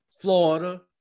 Florida